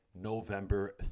November